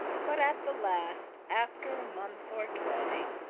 but at the last, after a month or tway,